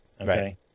Okay